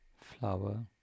Flower